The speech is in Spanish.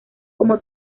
como